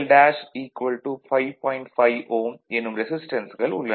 5 Ω எனும் ரெசிஸ்டன்ஸ்கள் உள்ளன